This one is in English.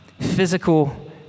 physical